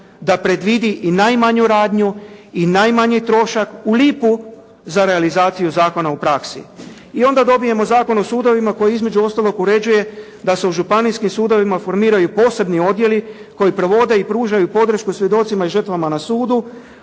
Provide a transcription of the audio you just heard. da predvidi i najmanju radnju i najmanji trošak u lipu za realizaciju zakona u praksi i onda dobijemo Zakon o sudovima koji između ostalog uređuje da se u županijskim sudovima formiraju posebni odjeli koji provode i pružaju podršku svjedocima i žrtvama na sudu,